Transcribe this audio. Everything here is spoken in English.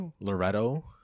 Loretto